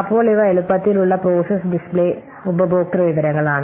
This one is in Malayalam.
അപ്പോൾ ഇവ എളുപ്പത്തിലുള്ള പ്രോസസ് ഡിസ്പ്ലേ ഉപഭോക്തൃ വിവരങ്ങളാണ്